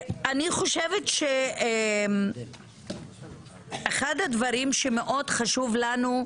אני חושבת שאחד הדברים שמאוד חשוב לנו,